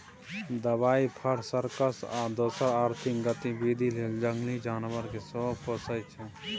दबाइ, फर, सर्कस आ दोसर आर्थिक गतिबिधि लेल जंगली जानबर केँ सेहो पोसय छै